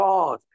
God